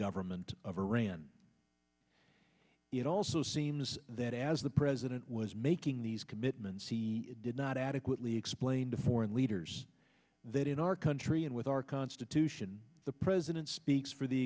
government of iran it also seems that as the president was making these commitments he did not adequately explain to foreign leaders that in our country and with our constitution the president speaks for the